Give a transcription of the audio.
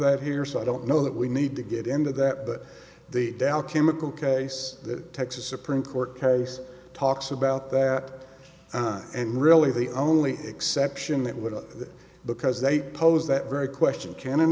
that here so i don't know that we need to get into that but the dow chemical case that texas supreme court case talks about that time and really the only exception that would have because they pose that very question can